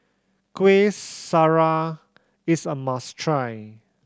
Kueh Syara is a must try